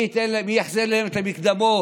מי יחזיר להם את המקדמות?